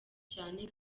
cyane